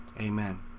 Amen